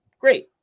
Great